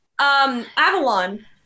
Avalon